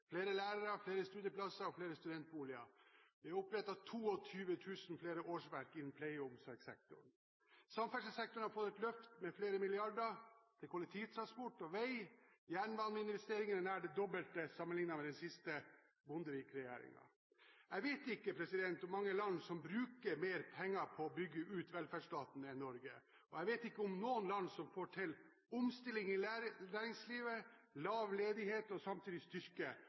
flere lærere, flere studieplasser og flere studentboliger. Vi har opprettet 22 000 flere årsverk innen pleie- og omsorgssektoren. Samferdselssektoren har fått et løft, med flere milliarder kroner til kollektivtransport og vei. Jernbaneinvesteringene er nær det dobbelte sammenlignet med dem under den siste Bondevik-regjeringen. Jeg vet ikke om mange land som bruker mer penger på å bygge ut velferdsstaten enn det Norge gjør. Og jeg vet ikke om noen land som får til omstilling i næringslivet, holder ledigheten lav og samtidig